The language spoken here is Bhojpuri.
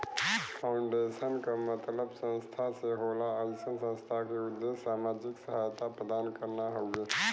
फाउंडेशन क मतलब संस्था से होला अइसन संस्था क उद्देश्य सामाजिक सहायता प्रदान करना हउवे